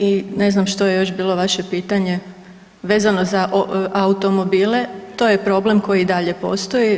I ne znam što je još bilo vaše pitanje, vezano za automobile, to je problem koji i dalje postoji.